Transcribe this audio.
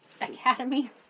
Academy